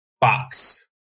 box